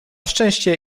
szczęście